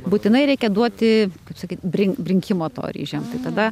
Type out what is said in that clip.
būtinai reikia duoti kaip sakyt brinkimo to ryžiamtai tada